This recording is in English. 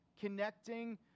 connecting